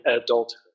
adulthood